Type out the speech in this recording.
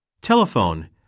Telephone